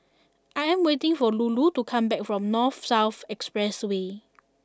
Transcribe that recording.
I am waiting for Lulu to come back from North South Expressway